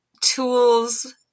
tools